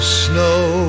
snow